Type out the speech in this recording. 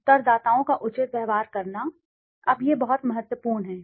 उत्तरदाताओं का उचित व्यवहार करना अब यह बहुत महत्वपूर्ण है